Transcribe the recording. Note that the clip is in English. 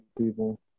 people